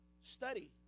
study